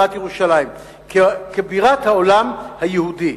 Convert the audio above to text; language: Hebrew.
ירושלים כבירת העם היהודי.